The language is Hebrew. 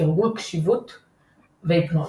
תרגול קשיבות והיפנוזה.